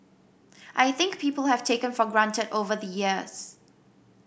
I think people have taken for granted over the years